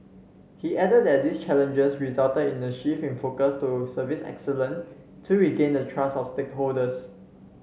he added that these challenges resulted in a shift in focus to service excellence to regain the trust of stakeholders